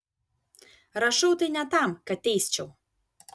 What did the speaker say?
rašau tai ne tam kad teisčiau